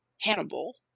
hannibal